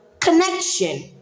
connection